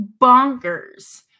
bonkers